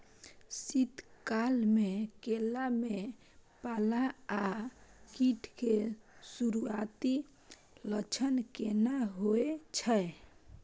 शीत काल में केला में पाला आ कीट के सुरूआती लक्षण केना हौय छै?